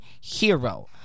hero